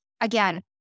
again